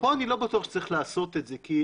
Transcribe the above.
פה אני לא בטוח שצריכים לעשות את זה כי,